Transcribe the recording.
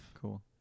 Cool